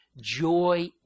Joy